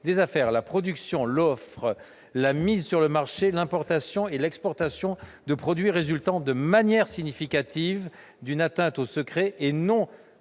des affaires la production, l'offre, la mise sur le marché, l'importation et l'exportation de produits résultant « de manière significative » d'une atteinte au secret- et non